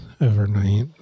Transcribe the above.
overnight